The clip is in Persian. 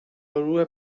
گروه